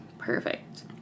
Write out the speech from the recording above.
Perfect